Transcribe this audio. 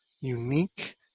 unique